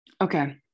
Okay